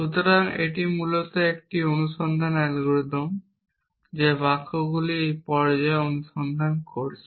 সুতরাং এটি মূলত একটি অনুসন্ধান অ্যালগরিদম যা বাক্যগুলির এই পর্যায়ে অনুসন্ধান করছে